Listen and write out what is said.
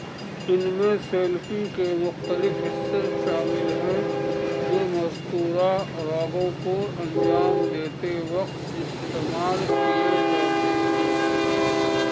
ان میں سیلفی کے مختلف حصے شامل ہیں جو مذکورہ راگوں کو انجام دیتے وقت استعمال کیے جاتے ہیں